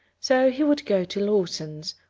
so he would go to lawson's,